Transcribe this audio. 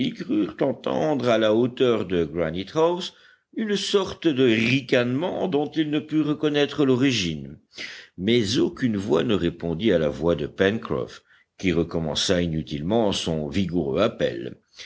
entendre à la hauteur de granite house une sorte de ricanement dont ils ne purent reconnaître l'origine mais aucune voix ne répondit à la voix de pencroff qui recommença inutilement son vigoureux appel